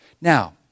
Now